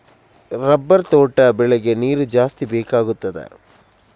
Rubber ತೋಟ ಬೆಳೆಗೆ ನೀರು ಜಾಸ್ತಿ ಬೇಕಾಗುತ್ತದಾ?